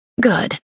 Good